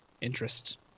interest